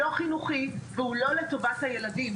לא חינוכי ולא לטובת הילדים.